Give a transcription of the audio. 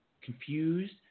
confused